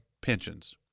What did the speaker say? pensions